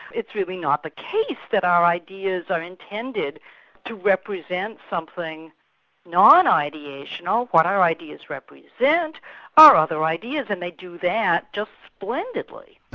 it's really not the case that our ideas are intended to represent something non-ideas, you know, what our ideas represent our other ideas and they do that just splendidly.